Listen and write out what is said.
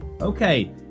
Okay